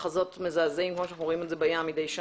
מחזות מזעזעים כמו שאנחנו רואים בים מדי שנה.